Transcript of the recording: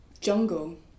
jungle